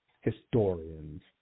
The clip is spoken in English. historians